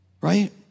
right